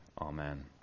Amen